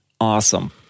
Awesome